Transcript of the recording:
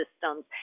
systems